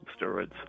steroids